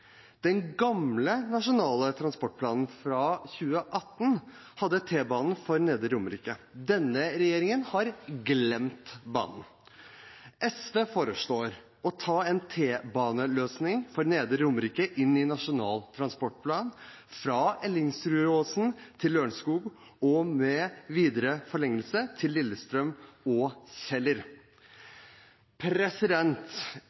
nasjonale transportplanen fra 2018 hadde T-bane for Nedre Romerike. Denne regjeringen har «glemt» banen. SV foreslår å ta en T-baneløsning for Nedre Romerike inn i Nasjonal transportplan, fra Ellingsrudåsen til Lørenskog og med videre forlengelse til Lillestrøm og